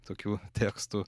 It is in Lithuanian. tokių tekstų